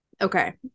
okay